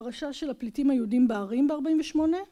פרשה של הפליטים היהודים בערים בארבעים ושמונה